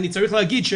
אני צריך להגיד,